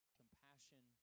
compassion